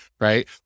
right